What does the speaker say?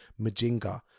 majinga